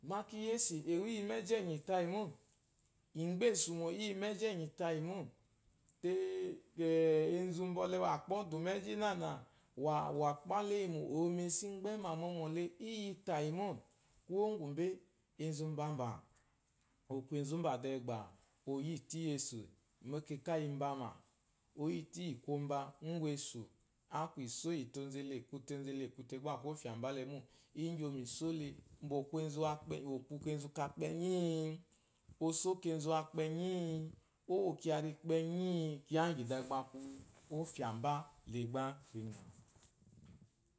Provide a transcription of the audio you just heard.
La ki yese ewa iyi meji enyi tafi mo igbensu mo iyi meji enyi tayi mo ai de benzu bwoke wa a bwɔdu meji nana wakpalayi mo eji mesu igbema momo iyatayi mo kuwu ngwube enz mbamba akun enzu de gba oyitu iyesu mekaka mbama, oyitu iyi komba ngwunsu. aku eso iyi mzule aku te onzule akute gba aku olyamba lemo, osole mba aku kenzu enzu wa kpenyi? Oso kenzu kpenji? Owo kiya ri kpenyi? Kiya ngyefo ba aku ofyamba le gba enyenyi.